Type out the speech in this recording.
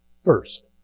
first